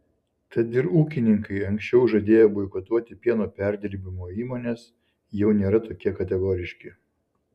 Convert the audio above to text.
tad ir ūkininkai anksčiau žadėję boikotuoti pieno perdirbimo įmones jau nėra tokie kategoriški